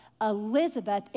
Elizabeth